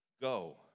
Go